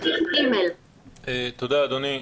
תודה אדוני.